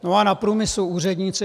No a na průmyslu úředníci.